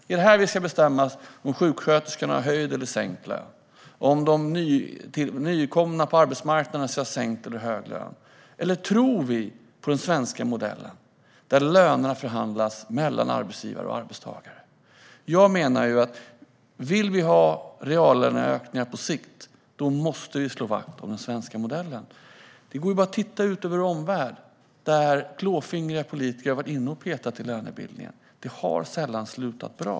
Är det här vi ska bestämma om sjuksköterskorna ska få höjda eller sänkta löner och om de nytillkomna på arbetsmarknaden ska få sänkta eller höjda löner? Eller tror vi på den svenska modellen där lönerna förhandlas mellan arbetsgivare och arbetstagare? Jag menar att om vi vill ha reallöneökningar på sikt måste vi slå vakt om den svenska modellen. Vi kan bara titta ut i vår omvärld, där klåfingriga politiker har varit inne och petat i lönebildningen. Det har sällan slutat bra.